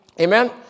Amen